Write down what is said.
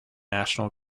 national